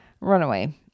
Runaway